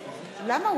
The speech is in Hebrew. למה?